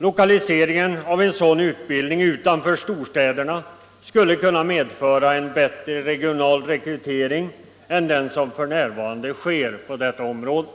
Lokaliseringen av denna utbildning utanför storstäderna skulle kunna medföra en bättre regional rekrytering än den som f.n. sker på detta område.